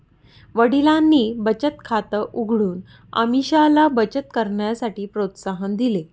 वडिलांनी बचत खात उघडून अमीषाला बचत करण्यासाठी प्रोत्साहन दिले